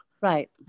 right